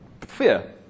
fear